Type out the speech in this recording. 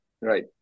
Right